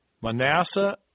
Manasseh